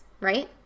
right